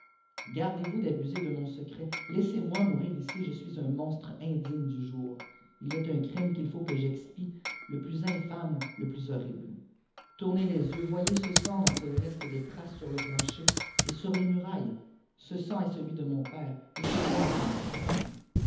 vous d'abr de man secret laissez-moi iurir ici je suia un monstre indiiedu jour il est un crime u il ut que j'expire le plus infâme le plus horrible tournez les yeux voyez ce sang dont il re des trapes sur te pknefter et awles mufles oe sang est celui de mon père et cest qnoi ui l'ai assassiné